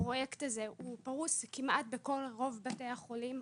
הפרויקט הזה פרוש כמעט בכל בתי החולים.